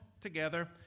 together